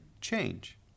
change